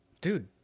Dude